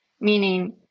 meaning